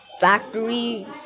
factory